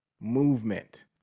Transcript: movement